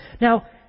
Now